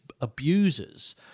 abusers